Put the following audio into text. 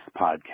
podcast